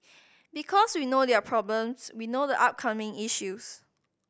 because we know their problems we know the upcoming issues